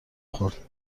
خورد